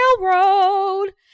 Railroad